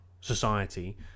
society